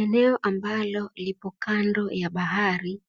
Eneo ambalo lipo kando ya bahari,